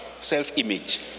Self-image